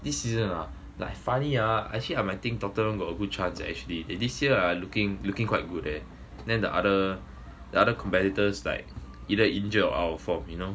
this season ah like funny ah actually I might think tottenham got a good chance right actually they this year ah looking looking quite good there then the other other competitors like either injured or from you know